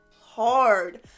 hard